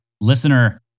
listener